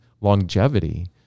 longevity